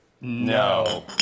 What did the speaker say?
No